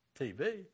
TV